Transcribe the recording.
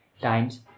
times